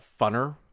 funner